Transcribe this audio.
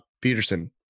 peterson